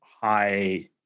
high